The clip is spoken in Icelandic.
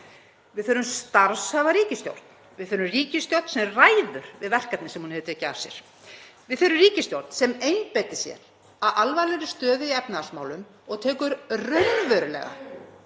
Við þurfum starfhæfa ríkisstjórn, við þurfum ríkisstjórn sem ræður við verkefnið sem hún hefur tekið að sér. Við þurfum ríkisstjórn sem einbeitir sér að alvarlegri stöðu í efnahagsmálum og tekur raunverulega